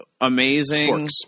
amazing